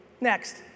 Next